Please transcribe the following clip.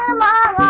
and la